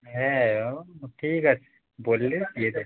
হ্যাঁ ও ঠিক আছে বললে দিয়ে দেবে